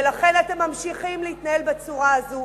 ולכן אתם ממשיכים להתנהל בצורה הזאת,